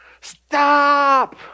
stop